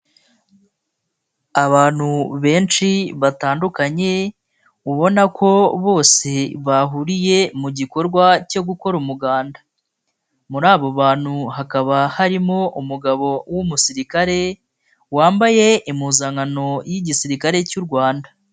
Abantu benshi batandukanye, ubona ko bose bahuriye mu gikorwa cyo gukora umuganda, muri abo bantu hakaba harimo umugabo w'umusirikare, wambaye impuzankano y'Igisirikare cy'u Rwanda.